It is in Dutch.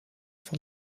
van